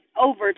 Over